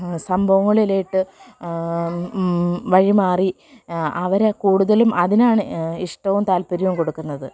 സംഭവങ്ങളിലോട്ട് വഴിമാറി അവരെ കൂടുതലും അതിനാണ് ഇഷ്ടവും താല്പര്യവും കൊടുക്കുന്നത്